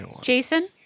Jason